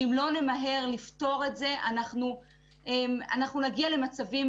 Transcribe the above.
שאם לא נמהר לפתור את זה אנחנו נגיע למצבים